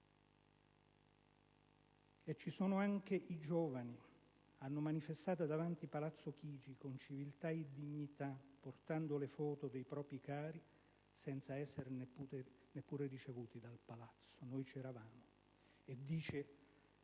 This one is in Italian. ci sono inoltre i giovani che hanno manifestato davanti a Palazzo Chigi, con civiltà e dignità, portando le foto dei propri cari, senza essere neppure ricevuti dal Palazzo: noi c'eravamo). Dice